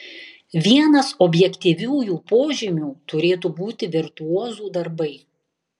vienas objektyviųjų požymių turėtų būti virtuozų darbai